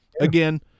again